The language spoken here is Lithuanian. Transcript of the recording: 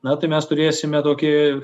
na tai mes turėsime tokį